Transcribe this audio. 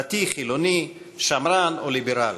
דתי, חילוני, שמרן או ליברל.